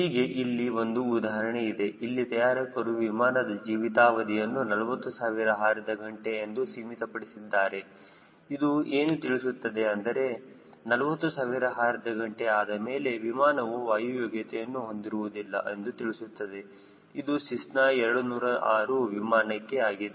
ಹೀಗೆ ಇಲ್ಲಿ ಒಂದು ಉದಾಹರಣೆ ಇದೆ ಇಲ್ಲಿ ತಯಾರಕರು ವಿಮಾನದ ಜೀವಿತಾವಧಿಯನ್ನು 40000 ಹಾರಿದ ಗಂಟೆ ಎಂದು ಸೀಮಿತಪಡಿಸಿದ್ದಾರೆ ಇದು ಏನು ತಿಳಿಸುತ್ತದೆ ಅಂದರೆ 40000 ಹಾರಿದ ಗಂಟೆ ಆದಮೇಲೆ ವಿಮಾನವು ವಾಯು ಯೋಗ್ಯತೆಯನ್ನು ಹೊಂದಿರುವುದಿಲ್ಲ ಎಂದು ತಿಳಿಸುತ್ತದೆ ಇದು ಸೆಸ್ನಾ 206 ವಿಮಾನಕ್ಕೆ ಆಗಿದೆ